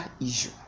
issue